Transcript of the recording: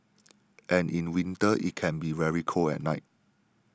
and in winter it can be very cold at night